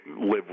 live